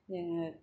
जोङो